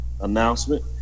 announcement